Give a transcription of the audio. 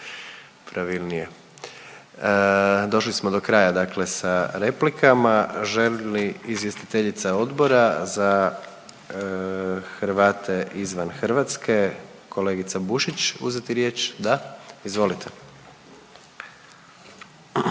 pravilnije. Došli smo do kraja dakle sa replikama. Želi li izvjestiteljica Odbora za Hrvate izvan Hrvatske kolegica Bušić uzeti riječ? Da, izvolite.